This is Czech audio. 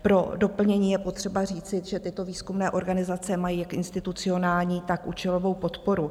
Pro doplnění je potřeba říci, že tyto výzkumné organizace mají jak institucionální, tak účelovou podporu.